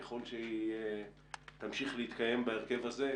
ככל שהיא תמשיך להתקיים בהרכב הזה,